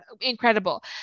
Incredible